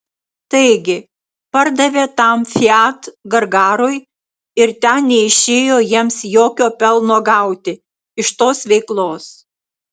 taigi pardavė tam fiat gargarui ir ten neišėjo jiems jokio pelno gauti iš tos veiklos